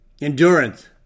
endurance